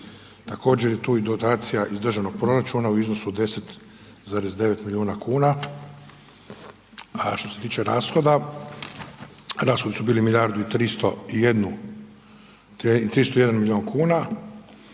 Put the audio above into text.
također je tu i dotacija iz državnog proračuna u iznosu od 10,9 milijuna kuna. A što se tiče rashoda, rashodi su bili milijardu 301 milijun manji